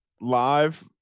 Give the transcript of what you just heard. Live